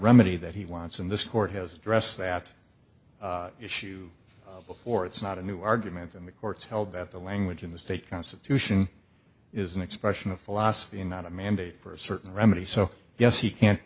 remedy that he wants and this court has addressed that issue before it's not a new argument and the courts held that the language in the state constitution is an expression of philosophy not a mandate for a certain remedy so yes he can